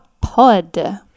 Pod